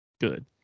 good